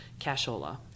cashola